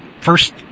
first